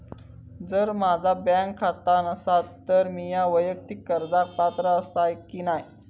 जर माझा बँक खाता नसात तर मीया वैयक्तिक कर्जाक पात्र आसय की नाय?